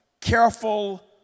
Careful